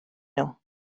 nhw